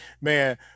man